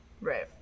right